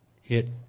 hit